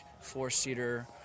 four-seater